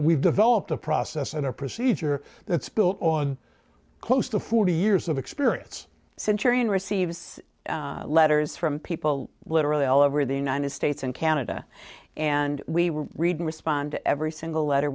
we've developed a process and a procedure that's built on close to forty years of experience century and receives letters from people literally all over the united states and canada and we will read and respond to every single letter